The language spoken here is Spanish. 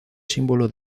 símbolo